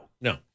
No